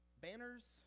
Banners